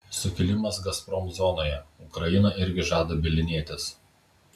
sukilimas gazprom zonoje ukraina irgi žada bylinėtis